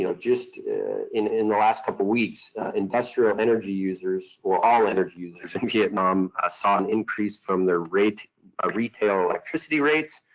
you know just in in the last couple weeks industrial energy users or, all energy users in vietnam ah saw an increase from their rate of ah retail electricity rates.